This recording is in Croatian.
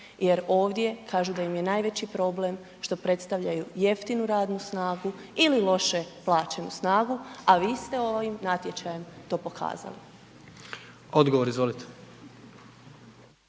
jer ovdje kažu da im je najveći problem što predstavljaju jeftinu radnu snagu ili loše plaćenu snagu a vi ste ovim natječajem to pokazali. **Jandroković,